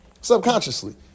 subconsciously